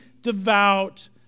devout